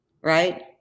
right